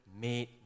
made